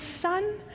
son